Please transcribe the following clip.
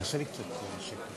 תעשה לי קצת יותר שקט.